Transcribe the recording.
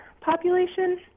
population